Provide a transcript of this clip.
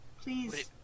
Please